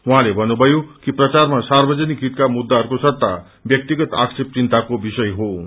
उहाँले भन्नुषयो कि प्रवारमा सार्वजनिक हितका मुखाहरूको सट्टा व्यक्तिगत आक्षेप चिन्ताको विषय क्षे